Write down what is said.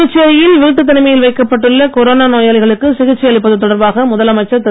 புதுச்சேரியில் வீட்டுத் தனிமையில் வைக்கப்பட்டுள்ள கொரோனா நோயாளிகளுக்கு சிகிச்சை அளிப்பது தொடர்பாக முதலமைச்சர் திரு